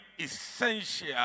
essential